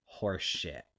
horseshit